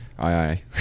Aye